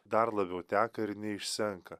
dar labiau teka ir neišsenka